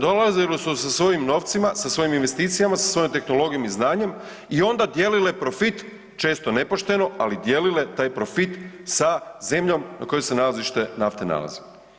Dolazili su sa svojim novcima, sa svojim investicijama, sa svojom tehnologijom i znanjem i onda dijelile profit, često nepošteno, ali dijelile taj profit sa zemljom na kojoj se nalazište nafte nalazi.